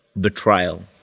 betrayal